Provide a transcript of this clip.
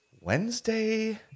wednesday